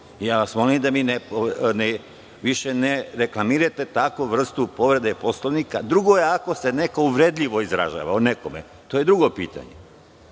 osnovana. Molim vas da više ne reklamirate takvu vrstu povrede Poslovnika. Drugo je ako se neko uvredljivo izražava o nekome, to je drugo pitanje,